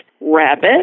rabbit